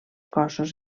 cossos